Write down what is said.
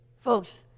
Folks